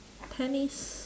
tennis